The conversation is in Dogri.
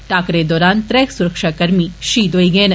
टाकरे दौरान त्रै सुरक्षाकर्मी बी शहीद होई गे न